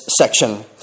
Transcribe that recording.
section